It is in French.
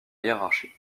hiérarchie